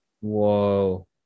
whoa